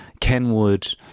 Kenwood